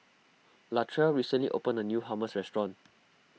Latrell recently opened a new Hummus restaurant